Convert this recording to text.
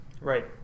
Right